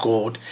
God